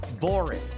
boring